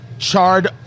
Charred